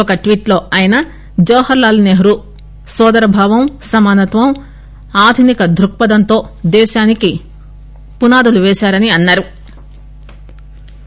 ఒక ట్వీట్ లో ఆయన జవహర్ లాల్ నెహ్రూ నోదరభావం సమానత్వం ఆధునిక ధృక్పపధంతో దేశానికి పునాదులు పేశారని అన్నారు